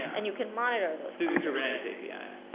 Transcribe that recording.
and you can monitor those yeah